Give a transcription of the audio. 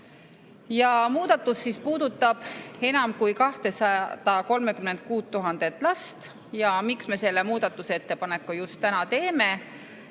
Muudatus puudutab enam kui 236 000 last. Miks me selle muudatusettepaneku just täna teeme?